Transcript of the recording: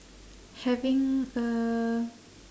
having a